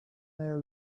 their